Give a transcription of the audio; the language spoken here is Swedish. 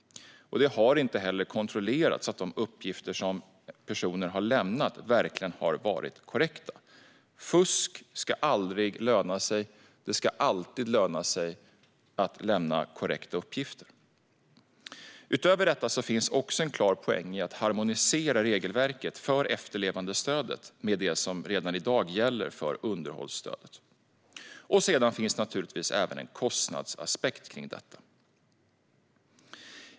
Det har inte heller kontrollerats att de uppgifter som personer har lämnat verkligen har varit korrekta. Fusk ska aldrig löna sig. Det ska alltid löna sig att lämna korrekta uppgifter. Utöver detta finns också en klar poäng i att harmonisera regelverket för efterlevandestödet med det som redan i dag gäller för underhållsstödet. Det finns naturligtvis även en kostnadsaspekt kring detta.